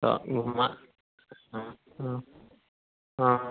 तऽ हुआँ हँ हँ हँ हँ